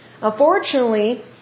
Unfortunately